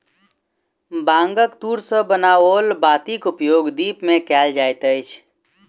बांगक तूर सॅ बनाओल बातीक उपयोग दीप मे कयल जाइत अछि